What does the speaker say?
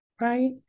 right